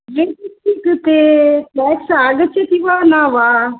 एतस्य कृते ट्याक्स् आगच्छति वा न वा